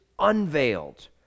unveiled